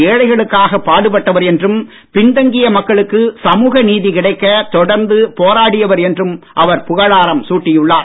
ஏழைகளுக்காக பாடுபட்டவர் என்றும் பின்தங்கிய மக்களுக்கு சமூக நீதி கிடைக்க தொடர்ந்து போராடியவர் பாஸ்வான் என்றும் அவர் புகழாரம் சூட்டியுள்ளார்